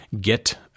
get